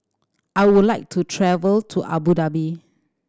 I would like to travel to Abu Dhabi